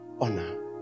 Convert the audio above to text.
Honor